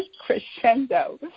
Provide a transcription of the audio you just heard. crescendo